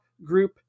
group